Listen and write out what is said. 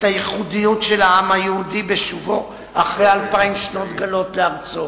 את הייחודיות של העם היהודי בשובו אחרי אלפיים שנות גלות לארצו,